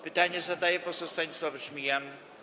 Pytanie zadaje poseł Stanisław Żmijan.